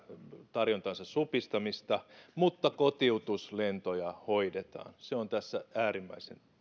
tarjontansa supistamista mutta kotiutuslentoja hoidetaan se on tässä äärimmäisen